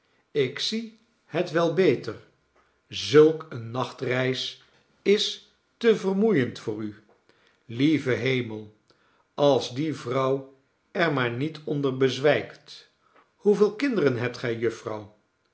ik zie het wel beter zulk eene nachtreis is te vermoeiend voor u lieve hemel als die vrouw er maar niet onder bezwijktl hoeveel kinderen hebt gij jufvrouw